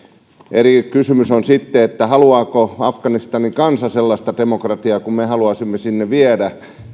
eri kysymys on sitten se haluaako afganistanin kansa sellaista demokratiaa kuin me haluaisimme sinne viedä